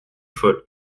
folle